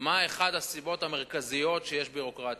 מה אחת הסיבות המרכזיות לכך שיש ביורוקרטיה.